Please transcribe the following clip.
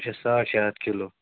اَچھا ساڑ شےٚ ہتھ کِلوٗ